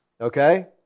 Okay